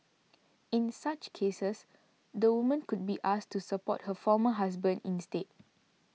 in such cases the woman could be asked to support her former husband instead